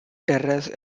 terrace